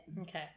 Okay